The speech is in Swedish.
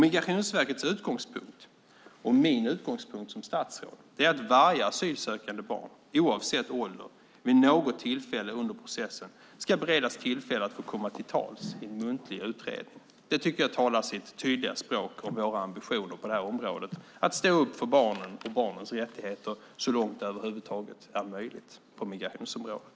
Migrationsverkets utgångspunkt och min utgångspunkt som statsråd är att varje asylsökande barn oavsett ålder vid något tillfälle under processen ska beredas tillfälle att komma till tals i en muntlig utredning. Det talar sitt tydliga språk om våra ambitioner att stå upp för barnen och barnens rättigheter så långt det över huvud taget är möjligt på migrationsområdet.